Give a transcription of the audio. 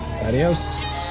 Adios